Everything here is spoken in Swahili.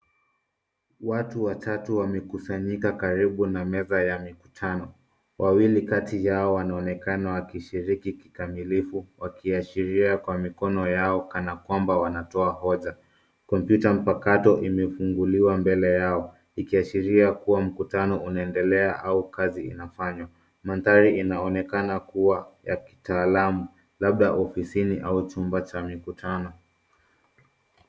Watu watatu wamekusanyika karibu na meza ya mikutano. Wawili kati ya hao wanaonekana wakishiriki kikamilifu wakashiria kwa mikono yao kana kwamba wanatoa hoja. Kompyuta mpakato imefunguliwa mbele yao ikiashiria kuwa mkutano unaendelea au kazi inafanywa. Mandhari inaonekana kuwa ya kitaalamu labda ofisini au chumba cha mikutano.